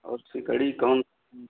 और सिकड़ी कौन